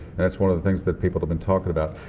that's one of the things that people have been talking about.